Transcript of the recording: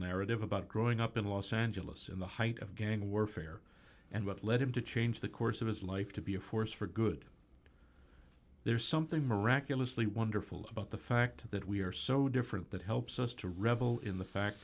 narrative about growing up in los angeles in the height of gang warfare and what led him to change the course of his life to be a force for good there's something miraculously wonderful about the fact that we are so different that helps us to revel in the fact